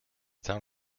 town